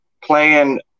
playing